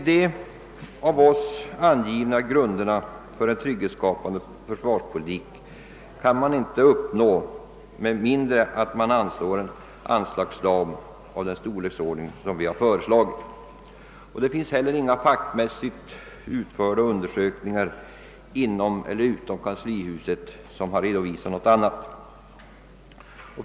De av oss angivna grunderna för en trygghetsskapande försvarspolitik kan inte uppnås med mindre än att en anslagsram av den storlek som vi föreslagit fastställes. Inga fackmässigt utförda undersökningar inom eller utom kanslihuset har heller redovisat något annat.